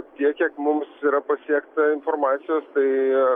tiek kiek mums yra pasiekta informacijos tai